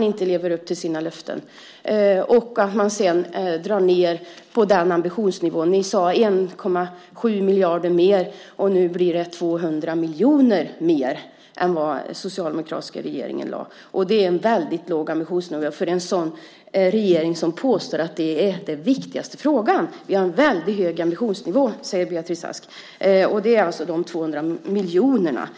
inte har levt upp till sina löften och dragit ned på ambitionsnivån. Ni sade att ni ville ha 1,7 miljarder mer. Nu blir det 200 miljoner mer än det som den socialdemokratiska regeringen satsade. Det är en väldigt låg ambitionsnivå för en regering som påstår att det är den viktigaste frågan. Vi har en väldigt hög ambitionsnivå, säger Beatrice Ask. Det är alltså de 200 miljonerna hon menar.